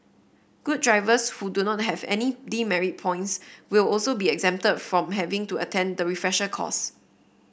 good drivers who do not have any demerit points will also be exempted from having to attend the refresher course